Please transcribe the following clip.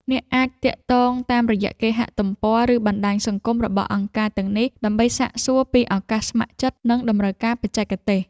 អ្នកអាចទាក់ទងតាមរយៈគេហទំព័រ ឬបណ្ដាញសង្គមរបស់អង្គការទាំងនេះដើម្បីសាកសួរពីឱកាសស្ម័គ្រចិត្ត និងតម្រូវការបច្ចេកទេស។